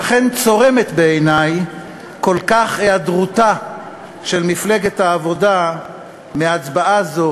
לכן צורמת בעיני כל כך היעדרותה של מפלגת העבודה מהצבעה זו.